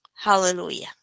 Hallelujah